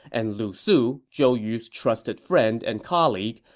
and lu su, zhou yu's trusted friend and colleague,